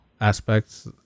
aspects